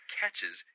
catches